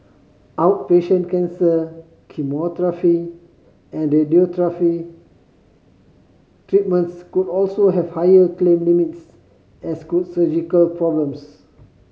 outpatient cancer chemotherapy and radiotherapy treatments could also have higher claim limits as could surgical problems